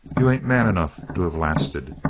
you ain't man enough to of lasted.